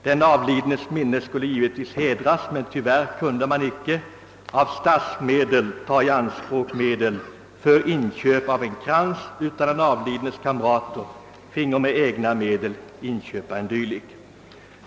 Den avlidnes minne skulle givetvis hedras, men tyvärr kunde man icke ta statsmedel i anspråk för inköp av en krans, utan den avlidnes kamrater fick med egna medel inköpa en dylik.